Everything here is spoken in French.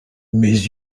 mes